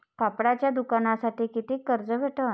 कापडाच्या दुकानासाठी कितीक कर्ज भेटन?